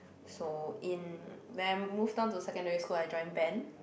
so in when I moved on to secondary school I joined band